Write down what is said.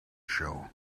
show